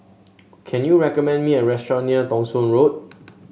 can you recommend me a restaurant near Thong Soon Road